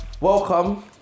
Welcome